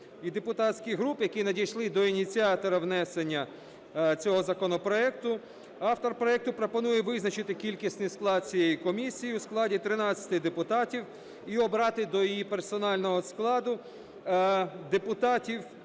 депутатських груп, які надійшли до ініціатора внесення цього законопроекту, автор проекту пропонує визначити кількісний склад цієї комісії у складі 13 депутатів і обрати до її персонального складу депутатів